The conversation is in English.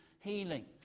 healing